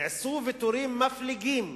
נעשו ויתורים מפליגים.